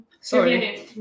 Sorry